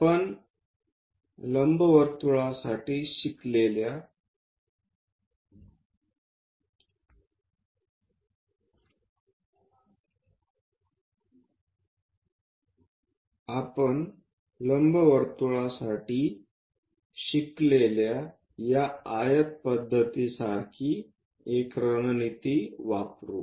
आपण लंबवर्तुळासाठी शिकलेल्या या आयत पद्धतीसारखी एक रणनीती वापरू